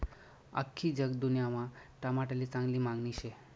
आख्खी जगदुन्यामा टमाटाले चांगली मांगनी शे